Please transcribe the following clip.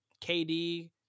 KD